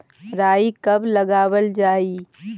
राई कब लगावल जाई?